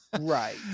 Right